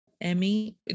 emmy